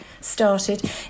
started